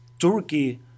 Turkey